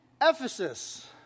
Ephesus